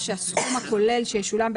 שם כבר יש נקודות זיכוי,